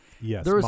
yes